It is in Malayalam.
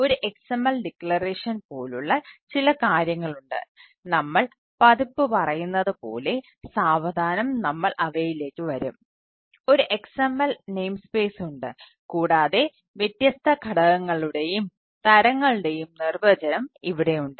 ഒരു XML ഡിക്ലറേഷൻ ഉണ്ട് കൂടാതെ വ്യത്യസ്ത ഘടകങ്ങളുടെയും തരങ്ങളുടെയും നിർവചനം ഇവിടെയുണ്ട്